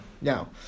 Now